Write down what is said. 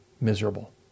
miserable